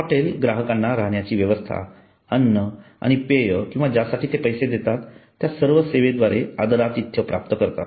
hotel ग्राहकांना राहण्याची व्यवस्था अन्न आणि पेय किंवा ज्यासाठी ते पैसे देतात त्या सर्व सेवेद्वारे आदरातिथ्य प्राप्त करतात